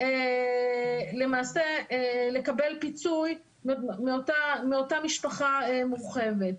למעשה לקבל פיצוי מאותה משפחה מורחבת.